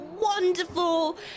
wonderful